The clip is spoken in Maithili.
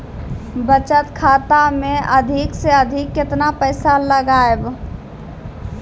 बचत खाता मे अधिक से अधिक केतना पैसा लगाय ब?